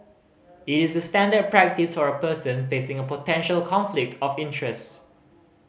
it is the standard practice for a person facing a potential conflict of interests